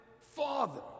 father